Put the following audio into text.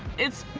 it's,